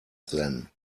then